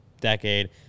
decade